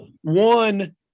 One –